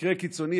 מקרה קיצוני.